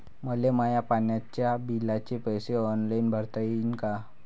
मले माया पाण्याच्या बिलाचे पैसे ऑनलाईन भरता येईन का?